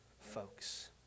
folks